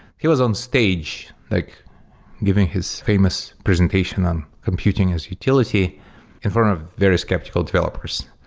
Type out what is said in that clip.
he was on stage like giving his famous presentation on computing his utility in front of various skeptical developers.